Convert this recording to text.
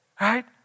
right